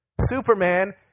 Superman